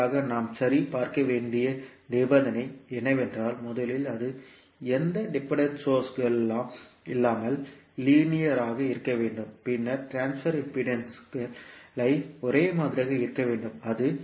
அதற்காக நாம் சரி பார்க்க வேண்டிய நிபந்தனை என்னவென்றால் முதலில் அது எந்த டிபெண்டன்ட் சோர்ஸ்கள் ம் இல்லாமல் லீனியர் ஆக இருக்க வேண்டும் பின்னர் ட்ரான்ஸ்பர் இம்பிடேன்ஸ்கள் ஐ ஒரே மாதிரியாக இருக்க வேண்டும் அது